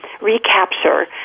recapture